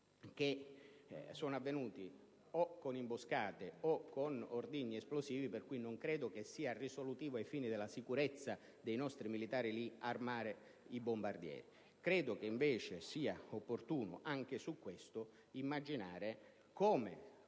sono avvenuti o con imboscate o con ordigni esplosivi, per cui non penso sia risolutivo ai fini della sicurezza dei nostri militari armare i bombardieri. Ritengo che invece sia opportuno anche su questo immaginare come